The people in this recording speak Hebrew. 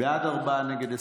בעד, ארבעה, נגד,